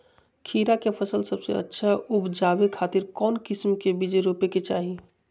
खीरा के फसल सबसे अच्छा उबजावे खातिर कौन किस्म के बीज रोपे के चाही?